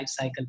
lifecycle